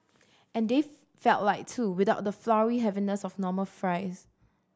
and they felt light too without the floury heaviness of normal fries